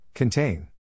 Contain